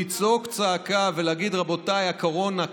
לצעוק צעקה ולהגיד: רבותיי, הקורונה כאן,